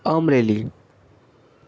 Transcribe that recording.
Amreli